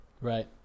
right